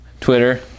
Twitter